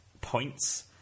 points